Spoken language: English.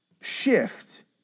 shift